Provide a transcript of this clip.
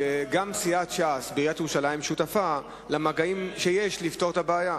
גם סיעת ש"ס בעיריית ירושלים שותפה למגעים לפתרון את הבעיה.